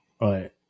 right